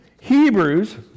Hebrews